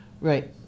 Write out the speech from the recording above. Right